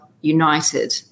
united